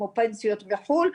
כמו פנסיות בחו"ל,